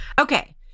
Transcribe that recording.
Okay